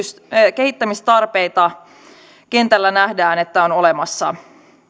kehittämistarpeita kentällä nähdään että on olemassa